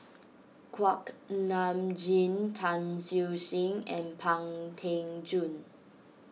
Kuak Nam Jin Tan Siew Sin and Pang Teck Joon